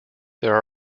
there